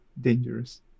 dangerous